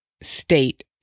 state